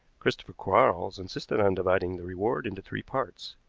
christopher quarles insisted on dividing the reward into three parts.